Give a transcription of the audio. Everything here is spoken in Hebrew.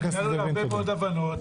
הגענו להרבה מאוד הבנות.